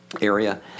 area